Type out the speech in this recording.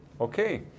Okay